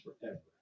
forever